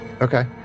Okay